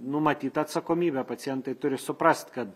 numatyta atsakomybė pacientai turi suprast kad